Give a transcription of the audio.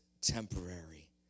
temporary